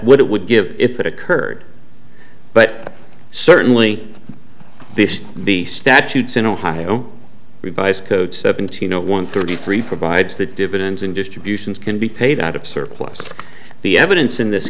what it would give if it occurred but certainly this is the statutes in ohio revised code seventeen zero one thirty three provides that dividends in distributions can be paid out of surplus the evidence in this